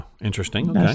Interesting